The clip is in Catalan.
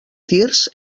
tirs